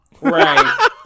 right